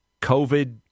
COVID